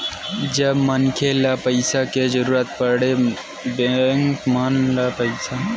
जब मनखे ल पइसा के जरुरत पड़े म बेंक मन ले पइसा नइ मिलत राहय ता ओमन ह सेठ, साहूकार करा करजा लेथे